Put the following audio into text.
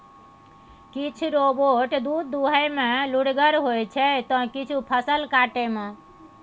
किछ रोबोट दुध दुहय मे लुरिगर होइ छै त किछ फसल काटय मे